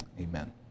Amen